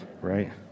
right